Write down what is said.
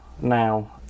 now